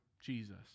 Jesus